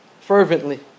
fervently